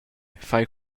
fai